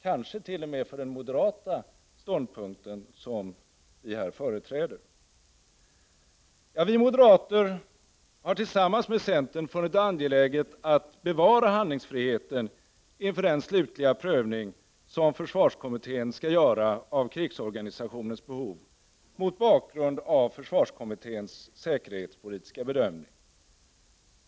Kanske t.o.m. för den moderata ståndpunkten, som vi här företräder. Vi moderater har tillsammans med centern funnit det angeläget att bevara handlingsfriheten inför den slutliga prövning som försvarskommittén skall göra av krigsorganisationens behov mot bakgrund av försvarskommitténs säkerhetspolitiska bedömning.